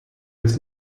its